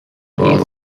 was